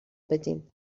بدین